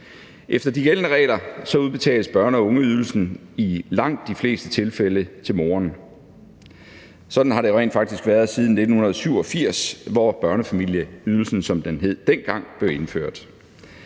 Efter de gældende regler udbetales børne- og ungeydelsen i langt de fleste tilfælde til moren. Sådan har det rent faktisk været siden 1987, hvor børnefamilieydelsen, som den hed dengang, blev indført.